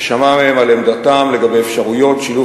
ושמע מהם על עמדתם לגבי אפשרויות שילוב